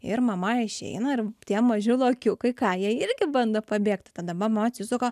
ir mama išeina tie maži lokiukai ką jie irgi bando pabėgt tada mama atsisuka